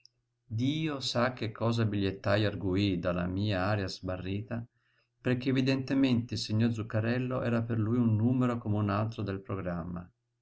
dio sa che cosa il bigliettajo arguí dalla mia aria smarrita perché evidentemente il signor zuccarello era per lui un numero come un altro del programma